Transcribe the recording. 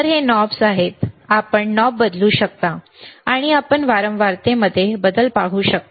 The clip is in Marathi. तर हे नॉब्स आहेत आपण नॉब बदलू शकता आणि आपण वारंवारतेमध्ये बदल पाहू शकाल